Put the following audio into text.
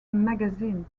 magazine